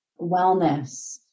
wellness